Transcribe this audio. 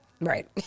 Right